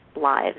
lives